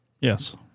Yes